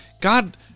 god